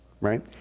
right